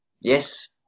Yes